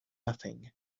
nothing